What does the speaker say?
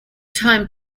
time